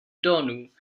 donu